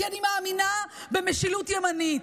כי אני מאמינה במשילות ימנית,